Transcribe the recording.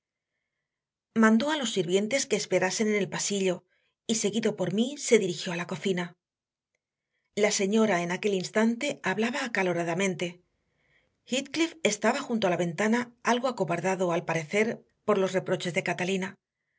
mandó a los sirvientes que esperasen en el pasillo y seguido por mí se dirigió a la cocina la señora en aquel instante hablaba acaloradamente heathcliff estaba junto a la ventana algo acobardado al parecer por los reproches de catalina